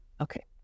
Okay